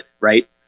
right